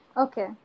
okay